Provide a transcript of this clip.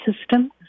system